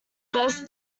burst